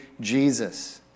Jesus